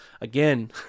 again